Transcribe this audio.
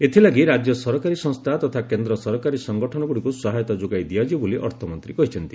ଏଥିଲାଗି ରାଜ୍ୟ ସରକାରୀ ସଂସ୍ଥା ତଥା କେନ୍ଦ୍ର ସରକାରୀ ସଂଗଠନଗୁଡ଼ିକୁ ସହାୟତା ଯୋଗାଇ ଦିଆଯିବ ବୋଲି ଅର୍ଥମନ୍ତ୍ରୀ କହିଛନ୍ତି